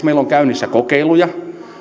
meillä on käynnissä kokeiluja